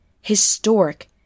historic